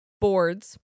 boards